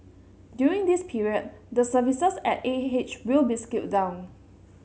during this period the services at A H will be scaled down